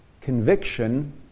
conviction